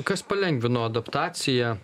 kas palengvino adaptaciją